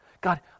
God